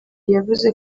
yavuze